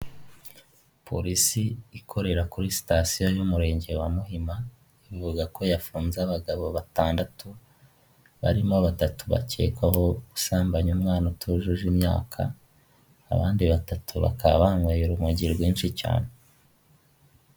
Polisi ikorera kuri sitasiyo y'umurenge wa Muhima ivuga ko yafunze abagabo batandatu barimo batatu bakekwaho gusambanyi umwana utujuje imyaka, abandi batatu bakaba banyweye urumogi rwinshi cyane.